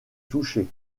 toucher